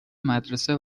مدرسه